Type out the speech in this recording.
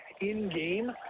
in-game